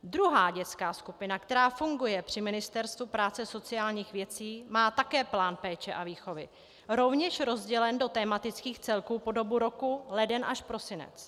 Druhá dětská skupina, která funguje při Ministerstvu práce a sociálních věcí, má také plán péče a výchovy rovněž rozdělen do tematických celků po dobu roku leden až prosinec.